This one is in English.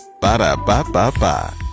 Ba-da-ba-ba-ba